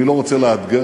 אני לא רוצה לאתגר,